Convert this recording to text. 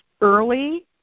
early